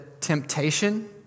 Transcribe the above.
temptation